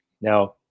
Now